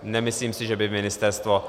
Nemyslím si, že by ministerstvo...